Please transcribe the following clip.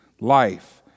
life